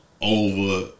over